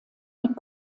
mit